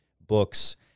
books